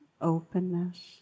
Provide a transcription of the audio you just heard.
openness